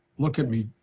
look add me,